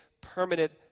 permanent